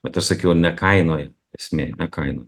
bet aš sakiau ne kainoj esmė ne kainoj